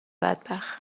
بدبخت